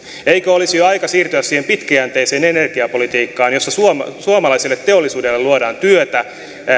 eikö olisi jo aika siirtyä siihen pitkäjänteiseen energiapolitiikkaan jossa suomalaiselle teollisuudelle luodaan työtä